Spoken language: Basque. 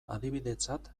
adibidetzat